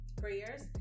prayers